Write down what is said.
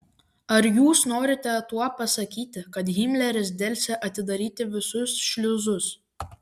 ar jūs norite tuo pasakyti kad himleris delsė atidaryti visus šliuzus